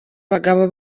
bagabo